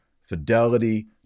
fidelity